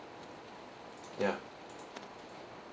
ya